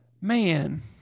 Man